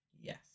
Yes